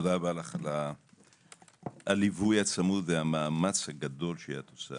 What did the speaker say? תודה רבה לך על הליווי הצמוד והמאמץ הגדול שלך.